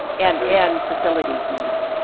and, and facilities needs.